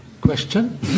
question